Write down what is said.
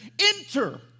enter